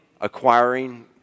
acquiring